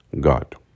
God